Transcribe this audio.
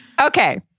Okay